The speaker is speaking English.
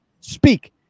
speak